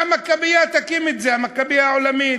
שהמכבייה תקים את זה, המכבייה העולמית.